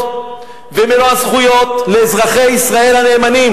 ועם מלוא הזכויות לאזרחי ישראל הנאמנים.